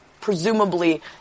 presumably